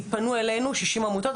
פנו אלינו שישים עמותות,